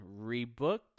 rebooked